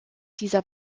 dieser